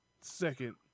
second